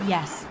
Yes